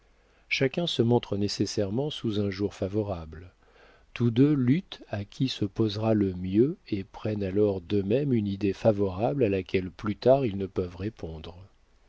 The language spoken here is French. chacun se montre nécessairement sous un jour favorable tous deux luttent à qui se posera le mieux et prennent alors d'eux-mêmes une idée favorable à laquelle plus tard ils ne peuvent répondre